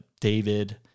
David